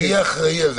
מי האחראי על זה?